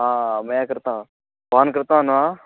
आ मया कृतं भवान् कृतवान् न